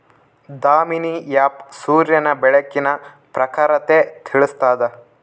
Damini app ಸೂರ್ಯನ ಬೆಳಕಿನ ಪ್ರಖರತೆ ತಿಳಿಸ್ತಾದ